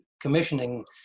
commissioning